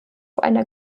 einer